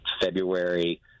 February